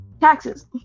Taxes